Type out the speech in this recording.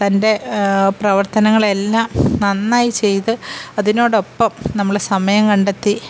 തന്റെ പ്രവര്ത്തനങ്ങളെ എല്ലാം നന്നായി ചെയ്ത് അതിനോടൊപ്പം നമ്മൾ സമയം കണ്ടെത്തി